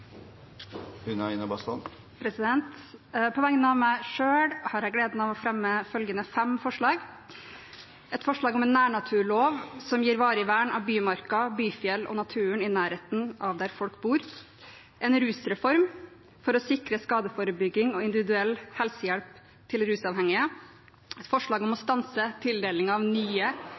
Representanten Une Bastholm vil fremsette fem representantforslag. På vegne av meg selv har jeg gleden av å fremme følgende fem forslag: om en nærnaturlov som gir varig vern av bymarker, byfjell og naturen i nærheten av der folk bor om en rusreform for å sikre skadeforebygging og individuell helsehjelp til rusavhengige om å stanse tildeling av nye